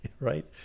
right